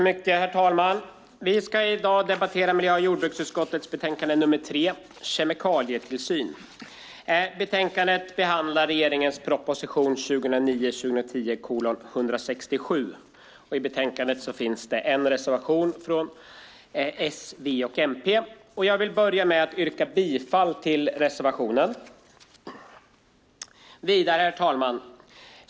Herr talman! Vi ska i dag debattera miljö och jordbruksutskottets betänkande nr 3, Kemikalietillsynen . Betänkandet behandlar regeringens proposition 2009/10:167. I betänkandet finns en reservation från S, V och MP. Jag börjar med att yrka bifall till reservationen. Herr talman!